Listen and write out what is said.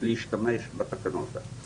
להשתמש בתקנות האלה.